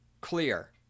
clear